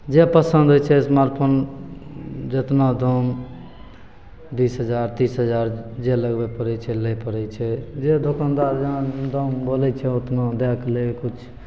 जे पसन्द होइ छै इस्मार्ट फोन जतना दाम बीस हजार तीस हजार जे लगबे पड़ै छै लै पड़ै छै जे दोकानदार जेहन दाम बोलै छै ओतना दैके लैके किछु